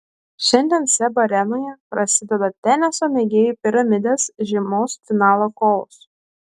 šiandien seb arenoje prasideda teniso mėgėjų piramidės žiemos finalo kovos